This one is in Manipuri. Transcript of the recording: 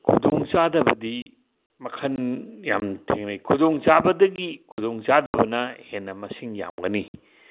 ꯈꯨꯗꯣꯡ ꯆꯥꯗꯕꯗꯤ ꯃꯈꯟ ꯌꯥꯝꯅ ꯊꯦꯡꯅꯩ ꯈꯨꯗꯣꯡ ꯆꯥꯕꯗꯒꯤ ꯈꯨꯗꯣꯡ ꯆꯥꯗꯕꯅ ꯍꯦꯟꯅ ꯃꯁꯤꯡ ꯌꯥꯝꯒꯅꯤ